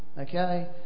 okay